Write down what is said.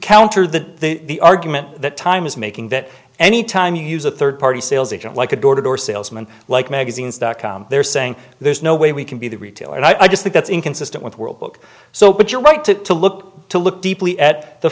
counter the the argument that time is making that any time you use a third party sales agent like a door to door salesman like magazines dot com they're saying there's no way we can be the retailer and i just think that's inconsistent with world book so but you're right to to look to look deeply at the